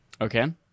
Okay